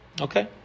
Okay